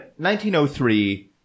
1903